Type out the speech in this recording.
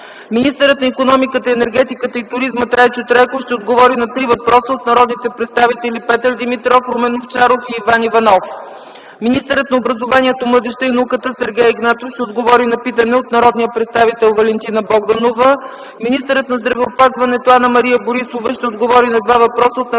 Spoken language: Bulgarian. Министърът на икономиката, енергетиката и туризма Трайчо Трайков ще отговори на три въпроса от народните представители Петър Димитров, Румен Овчаров и Иван Иванов. Министърът на образованието, младежта и науката Сергей Игнатов ще отговори на питане от народния представител Валентина Богданова. Министърът на здравеопазването Анна-Мария Борисова ще отговори на два въпроса от народните представители